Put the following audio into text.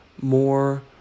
more